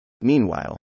Meanwhile